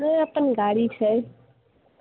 हँ अपन गाड़ी छै